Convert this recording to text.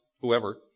whoever